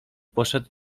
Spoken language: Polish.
poszedł